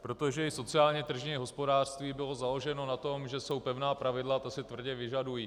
Protože i sociálně tržní hospodářství bylo založeno na tom, že jsou pevná pravidla a ta se tvrdě vyžadují.